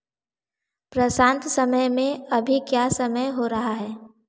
प्रशांत समय में अभी क्या समय हो रहा है